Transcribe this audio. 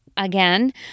again